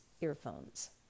earphones